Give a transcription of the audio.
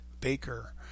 Baker